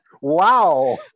wow